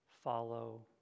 follow